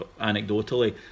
anecdotally